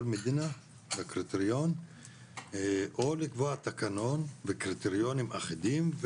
מדינה לקריטריון או לקבוע תקנון וקריטריונים אחידים,